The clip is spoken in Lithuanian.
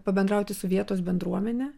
pabendrauti su vietos bendruomene